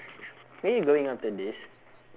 where you going after this